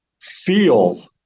feel